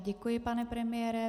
Děkuji, pane premiére.